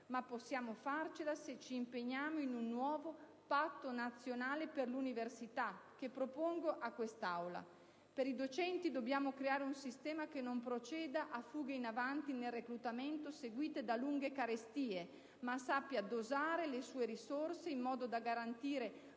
ma possiamo farcela se ci impegniamo in un nuovo «Patto nazionale per l'università», che propongo a questa Assemblea. Per i docenti dobbiamo creare un sistema che non proceda a fughe in avanti nel reclutamento seguite da lunghe carestie, ma sappia dosare le sue risorse in modo da garantire